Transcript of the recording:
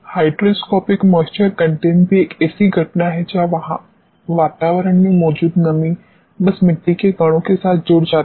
hygroscopic moisture content भी एक ऐसी घटना है जहां वातावरण में मौजूद नमी बस मिट्टी के कणो के साथ जुड़ जाती है